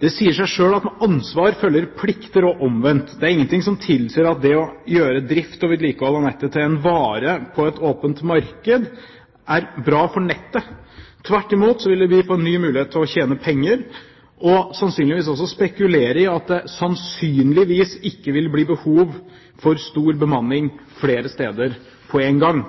Det sier seg selv at med ansvar følger plikter, og omvendt. Det er ingenting som tilsier at det å gjøre drift og vedlikehold av nettet til en vare på et åpent marked, er bra for nettet. Tvert imot vil det by på en ny mulighet til å tjene penger og å spekulere i at det sannsynligvis ikke vil bli behov for stor bemanning flere steder på én gang.